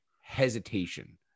hesitation